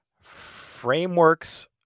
frameworks